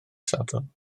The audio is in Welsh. sadwrn